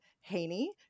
Haney